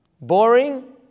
boring